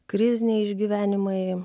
kriziniai išgyvenimai